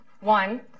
One